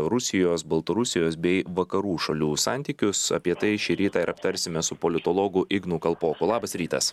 rusijos baltarusijos bei vakarų šalių santykius apie tai šį rytą ir aptarsime su politologu ignu kalpoku labas rytas